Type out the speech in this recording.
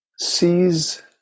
sees